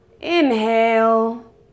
inhale